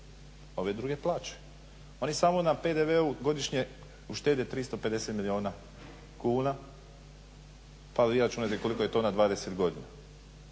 ove druge plaćaju. Oni samo na PDV-u godišnje uštede 350 milijuna kuna pa vi računajte koliko je to na 20 godina.